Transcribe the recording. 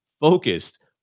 focused